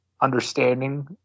understanding